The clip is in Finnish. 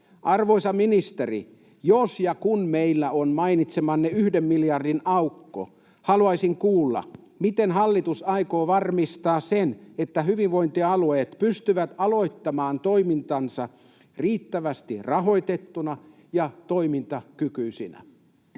Arvoisa ministeri, jos ja kun meillä on mainitsemanne yhden miljardin aukko, haluaisin kuulla: miten hallitus aikoo varmistaa sen, että hyvinvointialueet pystyvät aloittamaan toimintansa riittävästi rahoitettuina ja toimintakykyisinä?